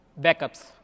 backups